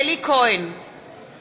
ככה זה "לא